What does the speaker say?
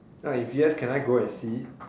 ah if yes can I go and see